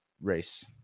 race